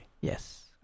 Yes